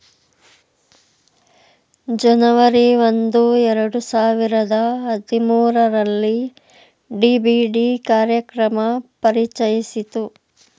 ಜನವರಿ ಒಂದು ಎರಡು ಸಾವಿರದ ಹದಿಮೂರುರಲ್ಲಿ ಡಿ.ಬಿ.ಡಿ ಕಾರ್ಯಕ್ರಮ ಪರಿಚಯಿಸಿತು